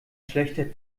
schlechter